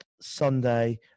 Sunday